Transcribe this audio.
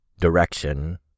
direction